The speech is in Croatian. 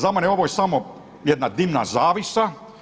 Za mene je ovo samo jedna dimna zavjesa.